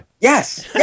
yes